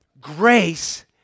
Grace